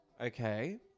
Okay